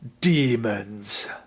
Demons